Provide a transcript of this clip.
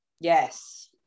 yes